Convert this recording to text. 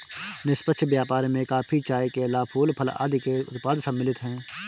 निष्पक्ष व्यापार में कॉफी, चाय, केला, फूल, फल आदि के उत्पाद सम्मिलित हैं